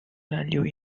value